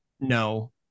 No